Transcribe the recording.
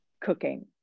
cooking